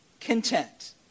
content